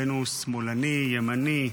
בין שהוא שמאלני, ימני,